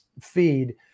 feed